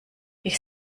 ich